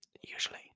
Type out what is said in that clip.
Usually